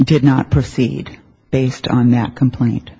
did not proceed based on that complaint